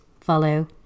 follow